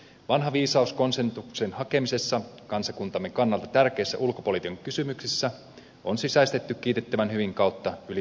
vanha viisaus konsensuksen hakemisessa kansakuntamme kannalta tärkeissä ulkopolitiikan kysymyksissä on sisäistetty kiitettävän hyvin yli puoluerajojen